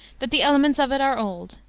that the elements of it are old,